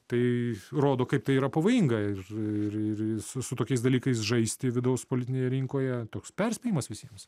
tai rodo kaip tai yra pavojinga ir ir su tokiais dalykais žaisti vidaus politinėje rinkoje toks perspėjimas visiems